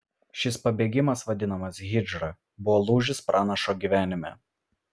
šis pabėgimas vadinamas hidžra buvo lūžis pranašo gyvenime